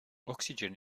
oxygen